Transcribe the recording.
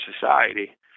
society